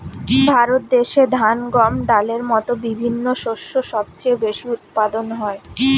ভারত দেশে ধান, গম, ডালের মতো বিভিন্ন শস্য সবচেয়ে বেশি উৎপাদন হয়